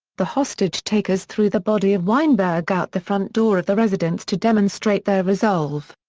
the hostage-takers threw the body of weinberg out the front door of the residence to demonstrate their resolve.